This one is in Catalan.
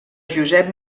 josep